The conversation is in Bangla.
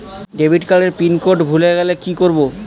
ডেবিটকার্ড এর পিন কোড ভুলে গেলে কি করব?